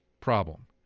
problem